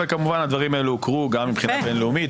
וכמובן הדברים האלה הוכרו גם מבחינה בין-לאומית,